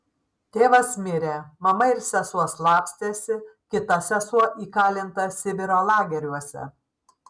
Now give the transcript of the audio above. tėvas mirė mama ir sesuo slapstėsi kita sesuo įkalinta sibiro lageriuose